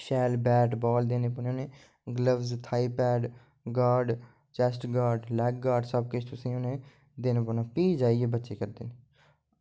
शैल bat ball देने पौने उनें gloves thigh pad guard chest guard leg guard सब किश तुसें उनें देने पौने फ्ही जाइयै बच्चे करदे न